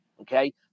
okay